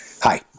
Hi